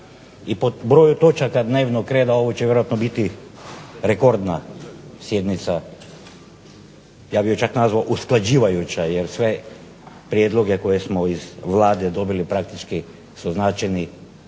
i po broju točaka dnevnog reda ovo će vjerojatno biti rekordna sjednica, ja bih je čak nazvao usklađivajuća jer sve prijedloge koje smo iz Vlade dobili praktički su značajni